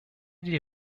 die